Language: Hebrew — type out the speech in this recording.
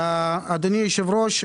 אדוני היושב-ראש,